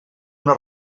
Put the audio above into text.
una